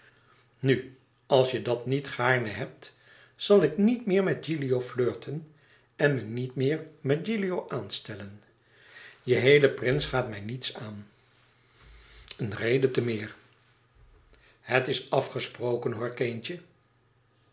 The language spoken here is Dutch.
nu als je dat niet gaarne hebt zal ik niet meer met gilio flirten en me niet meer met gilio aanstellen je heele prins gaat mij niets aan een reden te meer het is afgesproken hoor kindje